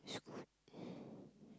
Scoot